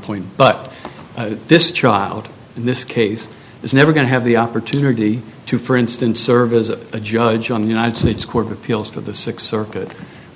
point but this child in this case is never going to have the opportunity to for instance serve as a judge on the united states court of appeals for the six circuit